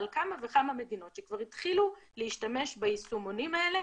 על כמה וכמה מדינות שכבר התחילו להשתמש ביישומונים האלה,